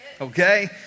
Okay